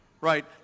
Right